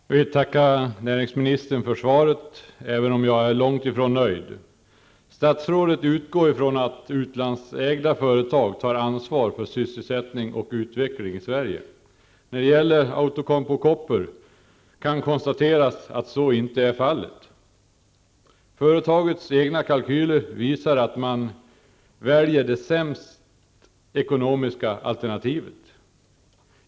Fru talman! Jag vill tacka näringsministern för svaret även om jag är långt ifrån nöjd. Statsrådet utgår från att utlandsägda företag tar ansvar för sysselsättning och utveckling i Sverige. När det gäller Outokumpu Copper kan konstateras att så inte är fallet. Företagets egna kalkyler visar att man väljer det sämsta ekonomiska alternativet.